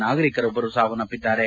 ನಾಗರಿಕರೊಬ್ಬರು ಸಾವನ್ನಪ್ಪಿದ್ದಾರೆ